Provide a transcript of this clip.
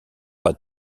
pas